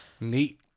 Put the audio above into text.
Neat